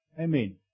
Amen